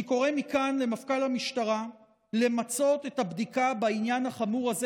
אני קורא מכאן למפכ"ל המשטרה למצות את הבדיקה בעניין החמור הזה